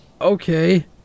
okay